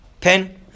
pen